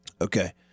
Okay